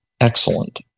excellent